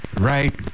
Right